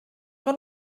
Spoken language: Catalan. que